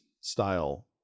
style